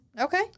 Okay